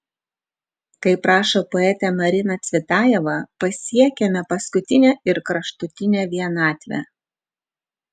kaip rašo poetė marina cvetajeva pasiekiame paskutinę ir kraštutinę vienatvę